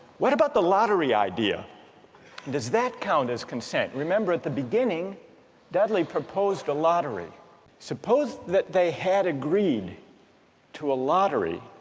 what about the lottery idea does that count as consent. remember at the beginning dudley proposed a lottery suppose that they had agreed to a lottery